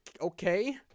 okay